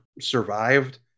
survived